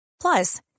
Plus